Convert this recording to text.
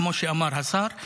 כמו שאמר השר,